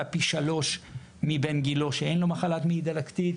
פי שלושה מבין גילו שאין לו מחלת מעי דלקתית,